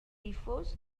difós